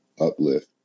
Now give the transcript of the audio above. uplift